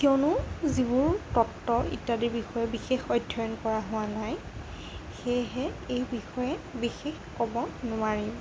কিয়নো যিবোৰ তত্ত্ব ইত্যাদি বিষয় বিশেষ অধ্যয়ন কৰা হোৱা নাই সেয়েহে এই বিষয়ে বিশেষ ক'ব নোৱাৰিম